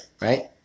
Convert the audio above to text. right